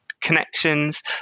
connections